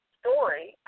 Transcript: story